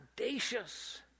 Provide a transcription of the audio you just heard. audacious